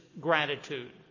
gratitude